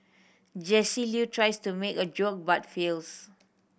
Jesse Loo tries to make a joke but fails